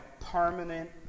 permanent